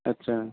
اچھا